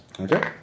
Okay